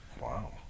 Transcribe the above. Wow